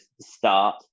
start